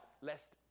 lest